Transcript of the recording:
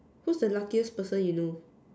what's the luckiest person you know